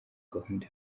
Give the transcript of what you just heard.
gahunda